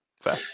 Fair